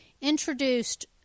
introduced